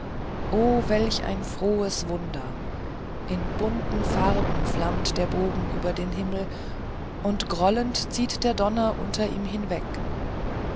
land owelch ein frohes wunder in bunten farben flammt der bogen über den himmel und grollend zieht der donner unter ihm hinweg